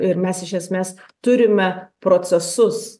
ir mes iš esmės turime procesus